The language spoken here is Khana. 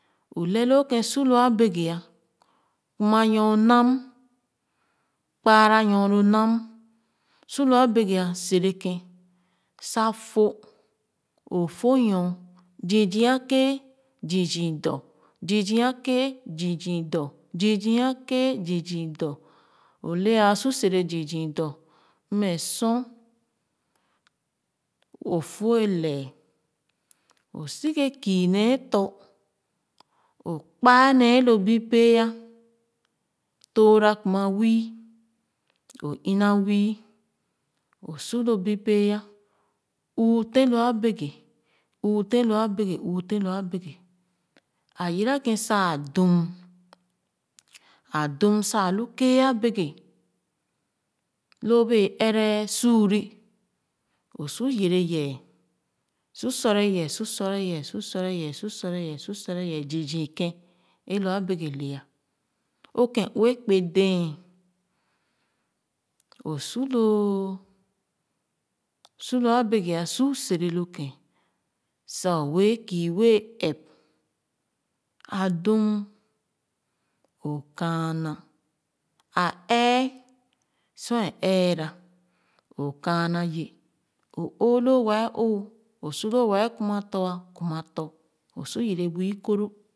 O lɛɛ loo kén su lo abeke ah kuma nyo nam kpaara nyo lo nam su lo abeke sere kèn a fo nyo zii zii akéé zii zii dɔ zii zii a kéé zii dɔ zii zii akéé zii dɔ o le asu sere zii zii dɔ mmɛ sor ofo lɛ o si-kèn kiine tɔ̄ o kpaa ne lo bi péé ah tɔɔra kuma wii o oha wii o su lo bi péé ah tɔɔra kuma wii o ona wii o su lo bi péé ah ūūh tèn lo abeke ūūh tèn lo abeke ūūh tèn lo abeke a yira kèn sa a dum a dum a dum sa alu kee abeke lo bɛɛ ɛrɛ suure o su yere ye su sure ye su sure ye su sure ye su sure ye su sure ye zii zii kèn ē lua abeke lɛ ah o kén ue kpee-dɛɛ o su loo su lo abeke su sere lo kèn sa owɛɛ kii wɛɛ ɛp a dum o kaāna a ɛɛh sor a ɛɛ ra o kaana ye o’oo lo waa oo o su lo wɛɛ kuma tɔ̄ kuma tɔ̄ o su yere bu ikoro